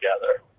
together